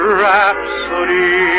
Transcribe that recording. rhapsody